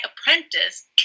apprentice